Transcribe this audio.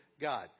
God